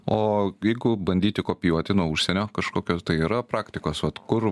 o jeigu bandyti kopijuoti nuo užsienio kažkokios tai yra praktikos vat kur